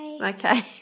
okay